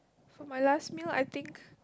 for my last meal I think